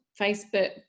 facebook